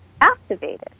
activated